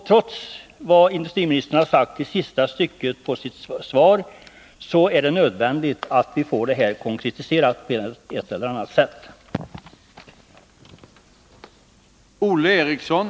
Trots vad industriministern säger i svarets sista stycke är det nödvändigt att vi på ett eller annat sätt får det här konkretiserat.